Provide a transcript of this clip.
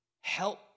Help